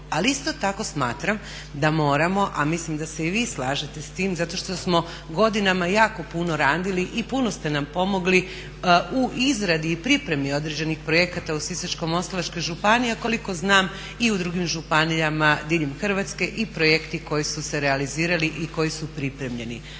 Ali isto tako smatram da moramo, a mislim da se i vi slažete s tim zato što smo godinama jako puno radili i puno ste nam pomogli u izradi i pripremi određenih projekata u Sisačko-moslavačkoj županiji, a koliko znam i u drugim županijama diljem Hrvatske i projekti koji su se realizirali i koji su pripremljeni.